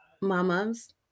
Mamas